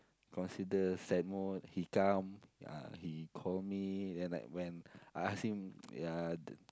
consider sad mode he come ah he call me then I when I ask him ya d~